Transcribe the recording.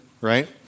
right